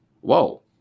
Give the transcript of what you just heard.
Whoa